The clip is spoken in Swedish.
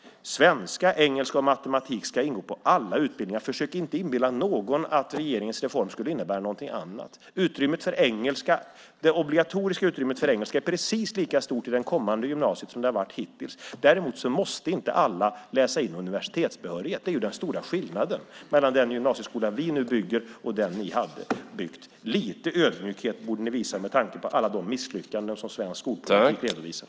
Svenska, engelska och matematik ska ingå i alla utbildningar. Försök inte inbilla någon att regeringens reform skulle innebära någonting annat. Det obligatoriska utrymmet för engelska är precis lika stort i det kommande gymnasiet som det har varit hittills. Däremot måste inte alla läsa in universitetsbehörighet. Det är den stora skillnaden mellan den gymnasieskola vi nu bygger och den ni hade byggt. Lite ödmjukhet borde ni visa med tanke på alla de misslyckanden som svensk skolpolitik redovisar.